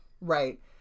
Right